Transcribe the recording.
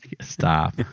stop